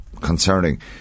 concerning